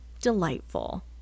delightful